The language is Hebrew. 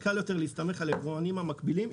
קל יותר להסתמך על יבואנים מקבילים.